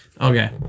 Okay